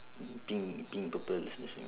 pink pink purple is the same